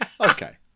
Okay